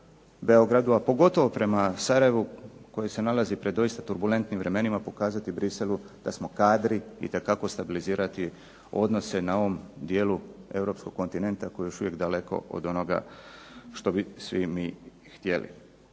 Beogradu, a pogotovo prema Sarajevu koje se nalazi pred doista turbulentnim vremenima pokazati Burxellesu da smo kadri itekako stabilizirati odnose na ovom dijelu europskog kontinenta koje je još uvijek daleko od onoga što bi svi mi htjeli.